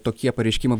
tokie pareiškimai